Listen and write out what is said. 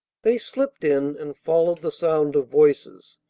they slipped in, and followed the sound of voices,